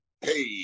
hey